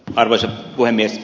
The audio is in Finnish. arvoisa puhemies